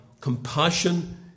compassion